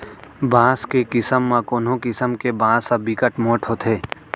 बांस के किसम म कोनो किसम के बांस ह बिकट मोठ होथे